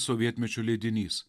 sovietmečiu leidinys